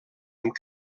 amb